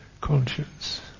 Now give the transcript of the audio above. conscience